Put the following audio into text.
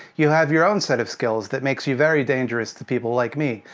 you have your own set of skills, that makes you very dangerous to people like me.